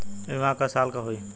बीमा क साल क होई?